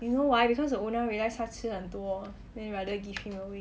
you know why because the owner realized 他吃很多 then rather give him away